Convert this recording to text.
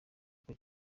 kuko